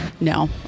No